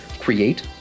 create